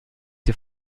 die